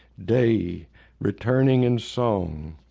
day returning in song,